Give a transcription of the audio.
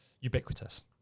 ubiquitous